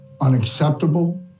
unacceptable